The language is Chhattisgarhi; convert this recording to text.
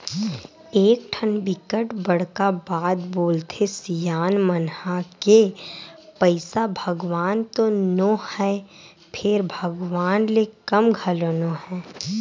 एकठन बिकट बड़का बात बोलथे सियान मन ह के पइसा भगवान तो नो हय फेर भगवान ले कम घलो नो हय